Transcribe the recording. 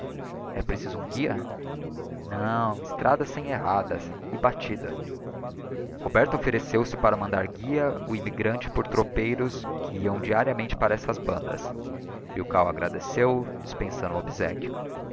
e preciso um guia não estrada sem errada e batida roberto offereceu sc para mandar guiar o immigrante por tropeiros que iam diariamente para essas bandas milkau agradeceu dispensando o obsequio